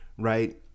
Right